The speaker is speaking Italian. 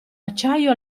acciaio